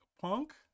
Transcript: punk